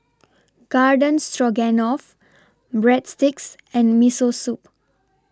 Garden Stroganoff Breadsticks and Miso Soup